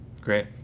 Great